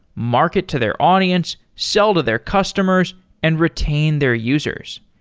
market to their audience, sell to their customers and retain their users.